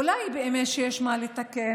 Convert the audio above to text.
אולי באמת יש מה לתקן,